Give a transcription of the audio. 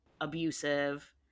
abusive